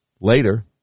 Later